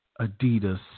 Adidas